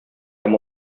һәм